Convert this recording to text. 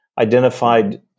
identified